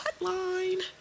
hotline